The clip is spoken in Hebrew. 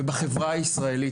ובחברה הישראלית.